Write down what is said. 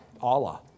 Allah